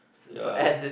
ya